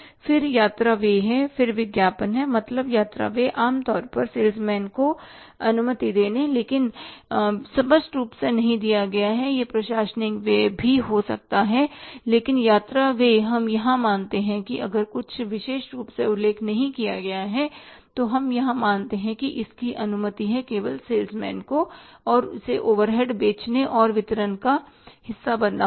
फिर यात्रा व्यय है फिर विज्ञापन है मतलब यात्रा व्यय आम तौर पर सेल्स मैन को अनुमति देने लेकिन स्पष्ट रूप से नहीं दिया गया है यह प्रशासनिक व्यय भी हो सकता है लेकिन यात्रा व्यय हम यहाँ मानते हैं अगर कुछ भी विशेष रूप से उल्लेख नहीं किया गया है तो हम यहाँ मानते हैं कि इसकी अनुमति है केवल सेल्स मैन को और उसे ओवरहेड बेचने और वितरण का हिस्सा बनना होगा